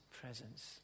presence